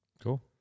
Cool